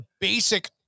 basic